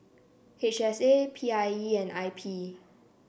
H S A P I E and I P